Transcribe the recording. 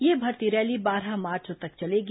यह भर्ती रैली बारह मार्च तक चलेगी